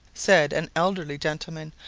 said an elderly gentleman,